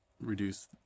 Reduce